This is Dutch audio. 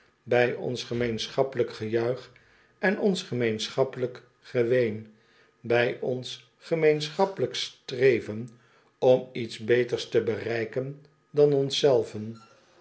by ons gemeenschappelijk gejuich en ons gemeenschappelijk geween bij ons gemeenschappelijk streven om iets beters te bereiken dan ons zelven